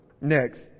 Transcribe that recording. next